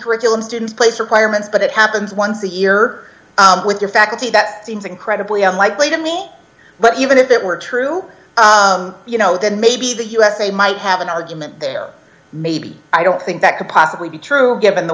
curriculum student's place requirements but it happens once a year with your faculty that seems incredibly unlikely to me but even if it were true you know that maybe the usa might have an argument there maybe i don't think that could possibly be true given the